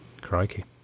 Crikey